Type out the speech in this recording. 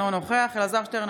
אינו נוכח אלעזר שטרן,